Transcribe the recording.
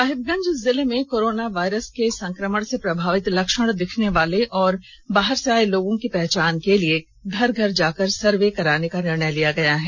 सहिबगंज जिले में corona virus के संक्रमण से प्रभावित लक्षण दिखने वाले और बाहर से आये लोगों की पहचान के लिए घर घर जा कर सर्वे करने का निर्णय लिया गया है